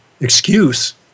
excuse